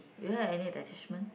did you have any attachments